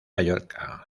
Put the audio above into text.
mallorca